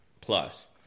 Plus